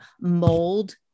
mold